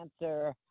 answer